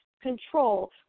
control